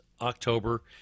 October